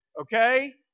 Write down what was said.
okay